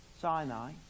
Sinai